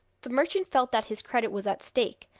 the merchant felt that his credit was at stake,